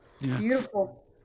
Beautiful